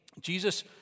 Jesus